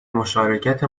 مشارکت